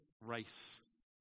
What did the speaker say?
race